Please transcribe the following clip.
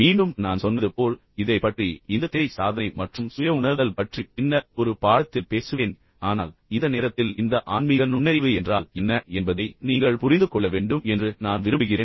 மீண்டும் நான் சொன்னது போல் இதைப் பற்றி இந்த தேவை சாதனை மற்றும் சுய உணர்தல் பற்றி பின்னர் ஒரு பாடத்தில் பேசுவேன் ஆனால் இந்த நேரத்தில் இந்த ஆன்மீக நுண்ணறிவு என்றால் என்ன என்பதை நீங்கள் புரிந்து கொள்ள வேண்டும் என்று நான் விரும்புகிறேன்